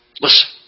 listen